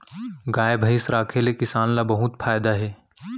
गाय भईंस राखे ले किसान ल बहुत फायदा हे